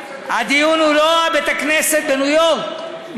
הדיון הוא לא בית-הכנסת בניו-יורק.